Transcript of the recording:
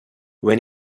when